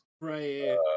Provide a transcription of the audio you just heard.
Right